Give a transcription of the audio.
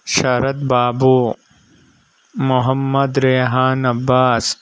Sharath Babu Mohammed Rihan Abbas